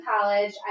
college